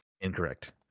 Incorrect